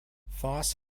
foss